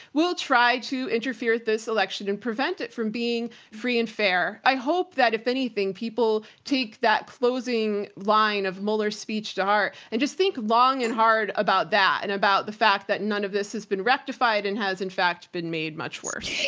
will try to interfere with this election and prevent it from being free and fair. i hope that if anything, people take that closing line of mueller's speech to heart and just think long and hard about that and about the fact that none of this has been rectified and has in fact been made much worse.